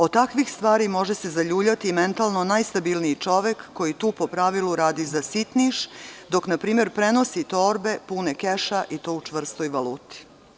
Od takvih stvari može se zaljuljati mentalno najstabilniji čovek koji tu po pravilu radi za sitniš, dok npr. prenosi torbe pune keša, i to u čvrstoj valuti.